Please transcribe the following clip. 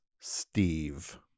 Steve